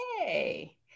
Yay